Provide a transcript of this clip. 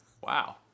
Wow